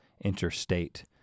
interstate